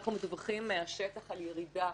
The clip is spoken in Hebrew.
אנחנו מדווחים מהשטח על ירידה,